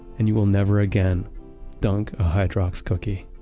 and you will never again dunk a hydrox cookie.